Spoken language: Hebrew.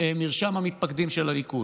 מרשם המתפקדים של הליכוד,